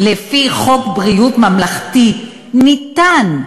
לחוק ביטוח בריאות ממלכתי, ניתן,